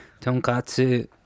Tonkatsu